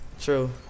True